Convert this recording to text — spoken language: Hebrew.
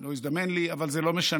לא הזדמן לי, אבל זה לא משנה.